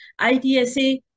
ITSA